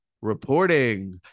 reporting